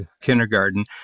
kindergarten